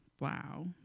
Wow